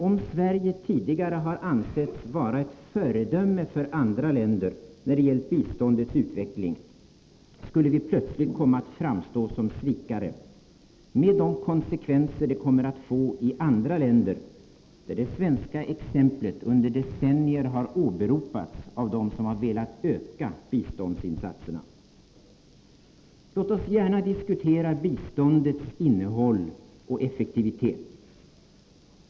Om Sverige tidigare har ansetts vara ett föredöme för andra länder när det gällt biståndets utveckling, skulle vi plötsligt komma att framstå som svikare — med de konsekvenser det kommer att få i andra länder där det svenska exemplet under decennier åberopats av dem som velat öka biståndsinsatserna. Låt oss gärna diskutera biståndets innehåll och effektivitet.